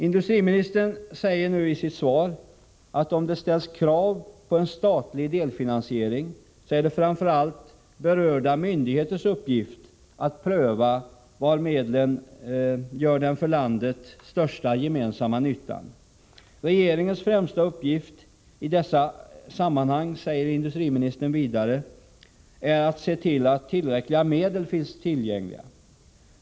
Industriministern säger nu i sitt svar: ”Om det ställs krav på en statlig delfinansiering är det framför allt berörda myndigheters uppgift att pröva var medlen gör den för landet största gemensamma nyttan.” Regeringens främsta uppgift i dessa sammanhang, säger industriministern vidare, är att se till att tillräckliga medel finns tillgängliga.